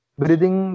breathing